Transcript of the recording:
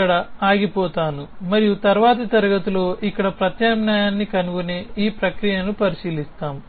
నేను ఇక్కడ ఆగిపోతాను మరియు తరువాతి తరగతిలో ఇక్కడ ప్రత్యామ్నాయాన్ని కనుగొనే ఈ ప్రక్రియను పరిశీలిస్తాము